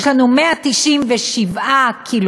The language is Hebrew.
יש לנו 197 ק"מ,